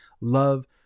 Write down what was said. love